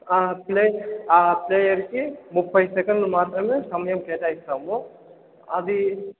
player ఆ ప్లేయర్కి ముప్పై సెకండ్లు మాత్రమే సమయం కేటాయిస్తాము అది